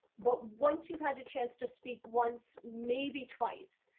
but once you have a chance to speak once, maybe twice,